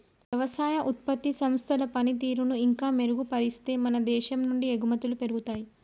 వ్యవసాయ ఉత్పత్తి సంస్థల పనితీరును ఇంకా మెరుగుపరిస్తే మన దేశం నుండి ఎగుమతులు పెరుగుతాయి